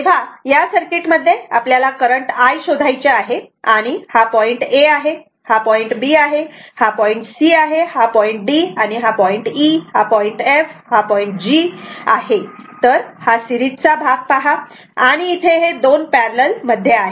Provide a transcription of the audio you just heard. तेव्हा या सर्किटमध्ये आपल्याला करंट I शोधायचे आहे आणि हा पॉईंट a आहे हा पॉईंट b आहे हा पॉईंट c आहे हा पॉईंट d आहे हा पॉईंट e आहे हा पॉईंट f आहे आणि हा पॉईंट g आहे तर हा सिरीज चा भाग पहा आणि इथे हे दोन पॅरलल मध्ये आहे